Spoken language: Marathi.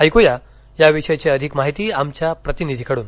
ऐक्या याविषयीची अधिक माहिती आमच्या प्रतिनिधीकडून